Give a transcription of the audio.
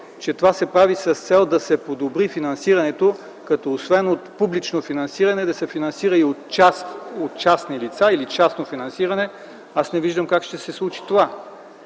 че това се прави с цел да се подобри финансирането, като освен от публично финансиране, да се финансира и от частни лица или частно финансиране. Аз не виждам как ще се случи това.